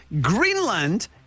Greenland